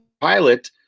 pilot